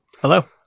Hello